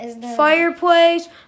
fireplace